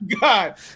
God